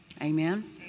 Amen